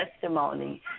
testimony